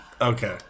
Okay